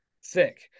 Sick